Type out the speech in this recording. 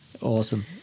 awesome